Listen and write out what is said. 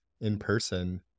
in-person